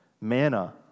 manna